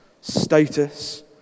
status